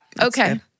Okay